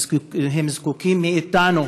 הם זקוקים מאתנו